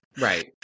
right